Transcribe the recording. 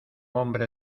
hombre